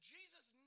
Jesus